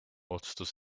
otsustas